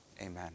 Amen